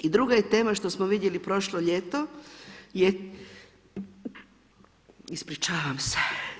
I druga je tema, što smo vidjeli prošlo ljeto je, ispričavam se.